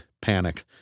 panic